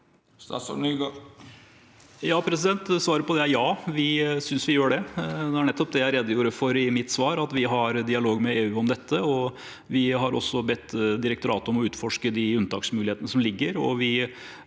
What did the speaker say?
Svaret på det er ja – vi synes vi gjør det. Det var nettopp det jeg redegjorde for i mitt svar, at vi har dialog med EU om dette, og vi har også bedt direktoratet om å utforske de unntaksmulighetene som ligger.